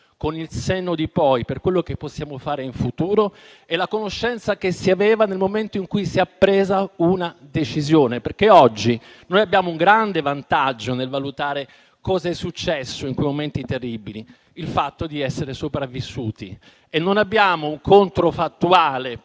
con il senno di poi, per quello che possiamo fare in futuro, da quella che si aveva nel momento in cui si è presa una decisione. Oggi abbiamo un grande vantaggio nel valutare cos'è successo in quei momenti terribili: il fatto di essere sopravvissuti. Non abbiamo un controfattuale